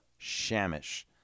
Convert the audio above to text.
Shamish